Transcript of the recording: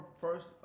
first